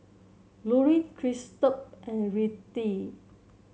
Lorin Christop and Rettie